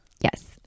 yes